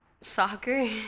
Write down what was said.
soccer